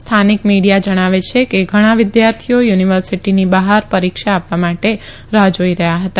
સ્થાનિક મીડીયા જણાવે છે કે ઘણા વિદ્યાર્થીઓ યુનિવર્સીટીની બહાર પરીક્ષા આપવા માટે રાહ જાઈ રહયાં હતા